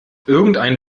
irgendein